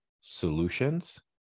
solutions